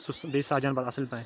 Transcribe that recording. سُہ بیٚیہِ سَجان پَتہٕ اصٕل پٲٹھۍ